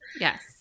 yes